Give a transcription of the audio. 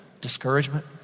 Discouragement